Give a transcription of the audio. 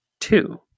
two